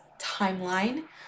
timeline